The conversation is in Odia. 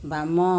ବାମ